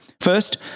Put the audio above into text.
First